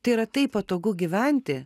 tai yra taip patogu gyventi